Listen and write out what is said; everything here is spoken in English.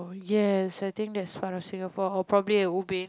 yes I think that's part of Singapore or probably at ubin